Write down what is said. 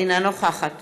אינה נוכחת